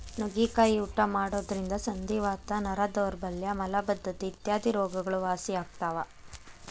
ನುಗ್ಗಿಕಾಯಿ ಊಟ ಮಾಡೋದ್ರಿಂದ ಸಂಧಿವಾತ, ನರ ದೌರ್ಬಲ್ಯ ಮಲಬದ್ದತೆ ಇತ್ಯಾದಿ ರೋಗಗಳು ವಾಸಿಯಾಗ್ತಾವ